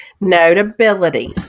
Notability